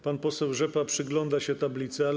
Pan poseł Rzepa przygląda się tablicy.